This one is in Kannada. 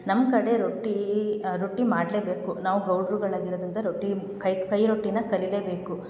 ನಮ್ಮ ಕಡೆ ರೊಟ್ಟಿ ರೊಟ್ಟಿ ಮಾಡಲೇಬೇಕು ನಾವು ಗೌಡ್ರುಗಳಾಗಿರೋದ್ರಿಂದ ರೊಟ್ಟಿ ಕೈ ಕೈ ರೊಟ್ಟಿನ ಕಲಿಯಲೇಬೇಕು